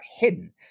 hidden